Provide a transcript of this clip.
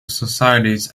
societies